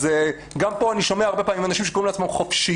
אז גם פה אני שומע הרבה פעמים אנשים שקוראים לעצמם חופשיים,